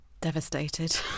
devastated